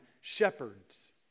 shepherds